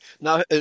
Now